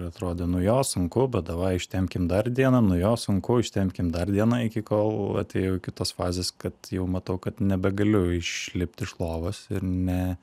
atrodė nu jo sunku bet ištempkim dar dieną nuo jo sunku ištempkim dar vieną iki kol atėjau iki tos fazės kad jau matau kad nebegaliu išlipt iš lovos ir ne